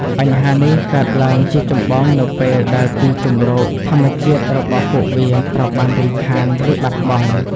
បញ្ហានេះកើតឡើងជាចម្បងនៅពេលដែលទីជម្រកធម្មជាតិរបស់ពួកវាត្រូវបានរំខាន ឬបាត់បង់។